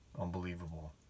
unbelievable